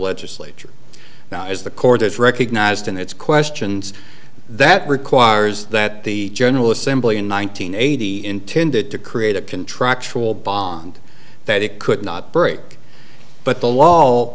legislature now is the court has recognized in its questions that requires that the general assembly in one nine hundred eighty intended to create a contractual bond that it could not break but the law